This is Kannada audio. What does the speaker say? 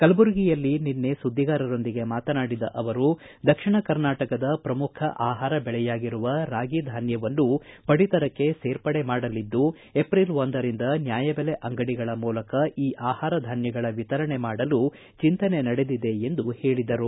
ಕಲಬುರಗಿಯಲ್ಲಿ ನಿನ್ನೆ ಸುದ್ದಿಗಾರರೊಂದಿಗೆ ಮಾತನಾಡಿದ ಅವರು ದಕ್ಷಿಣ ಕರ್ನಾಟಕದ ಪ್ರಮುಖ ಆಹಾರ ಬೆಳೆಯಾಗಿರುವ ರಾಗಿ ಧಾನ್ವವನ್ನೂ ಪಡಿತರಕ್ಕೆ ಸೇರ್ಪಡೆ ಮಾಡಲಿದ್ದು ಏಪ್ರಿಲ್ ಒಂದರಿಂದ ನ್ಯಾಯಬೆಲೆ ಅಂಗಡಿಗಳ ಮೂಲಕ ಈ ಆಹಾರ ಧಾನ್ಯಗಳ ವಿತರಣೆ ಮಾಡಲು ಚಿಂತನೆ ನಡೆದಿದೆ ಎಂದು ಹೇಳಿದರು